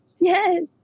yes